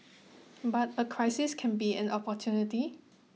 but a crisis can be an opportunity